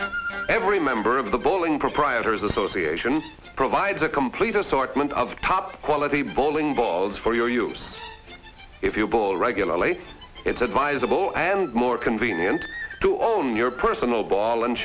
the every member of the bowling proprietors association provides a complete assortment of top quality bowling balls for your use if you bowl regularly it's advisable and more convenient to own your personal ball and